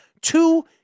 two